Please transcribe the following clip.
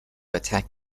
attack